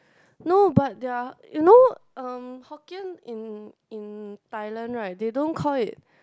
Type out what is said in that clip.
no but their you know um Hokkien in in Thailand right they don't call it